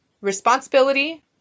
responsibility